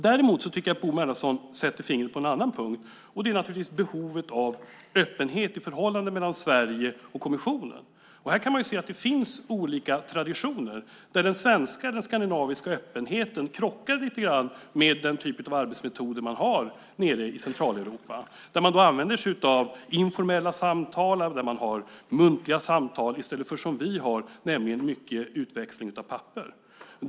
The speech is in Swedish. Däremot sätter Bo Bernhardsson fingret på en annan punkt, nämligen behovet av öppenhet i förhållandet mellan Sverige och kommissionen. Här kan man se att det finns olika traditioner där den svenska - skandinaviska - öppenheten krockar med den typ av arbetsmetoder som används i Centraleuropa. Där används informella samtal, muntliga samtal, i stället för som vi gör, nämligen mycket utväxling av papper.